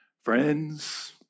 friends